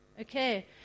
Okay